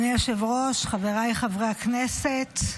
חבריי חברי הכנסת,